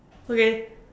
okay